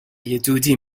دودی